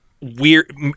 weird